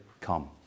Come